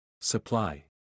Supply